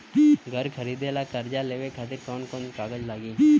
घर खरीदे ला कर्जा लेवे खातिर कौन कौन कागज लागी?